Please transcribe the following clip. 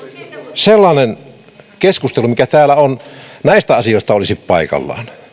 keskustelu näistä asioista olisi paikallaan